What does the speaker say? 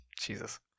Jesus